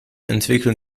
entwickeln